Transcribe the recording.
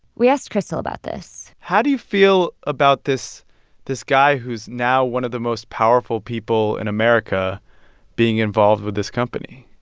we asked crystal about this how do you feel about this this guy who's now one of the most powerful people in america being involved with this company?